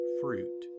fruit